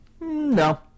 no